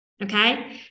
Okay